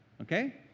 Okay